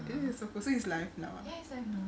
there's a post to his live now